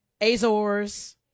Azores